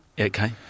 okay